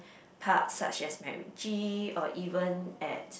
parks such as MacRitchie or even at